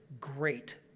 great